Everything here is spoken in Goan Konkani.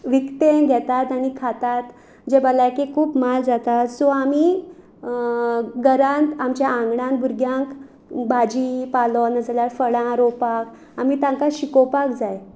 विकतें घेतात आनी खातात जें भलायकेक खूब माल जाता सो आमी घरांत आमच्या आंगणात भुरग्यांक भाजी पालो नाजाल्यार फळां रोवपाक आमी तांकां शिकोवपाक जाय